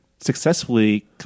successfully